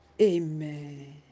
Amen